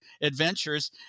adventures